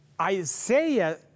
Isaiah